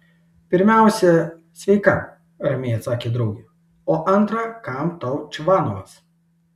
pirmiausia sveika ramiai atsakė draugė o antra kam tau čvanovas